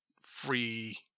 free